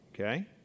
Okay